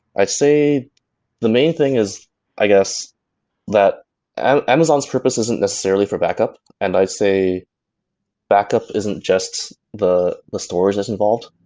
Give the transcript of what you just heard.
i'd say the main thing is i guess that amazon's purpose isn't necessarily for backup, and i'd say backup isn't just the the storage that's involved.